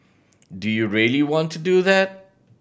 do you really want to do that